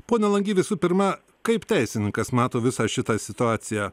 pone langy visų pirma kaip teisininkas mato visą šitą situaciją